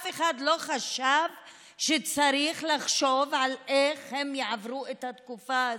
אף אחד לא חשב שצריך לחשוב על איך הם יעברו את התקופה הזו.